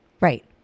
Right